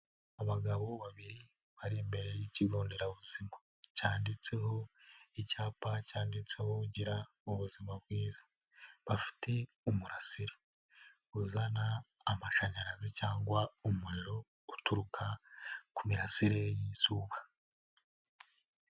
Abagabo babiri bari imbere y'ikigo nderabuzima cyanditseho icyapa cyanditseho gira ubuzima bwiza, bafite umurasirare uzana amashanyarazi cyangwa umuriro uturuka ku mirasire y'izuba.